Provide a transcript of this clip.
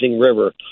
river